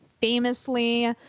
famously